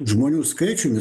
žmonių skaičiumi